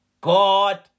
God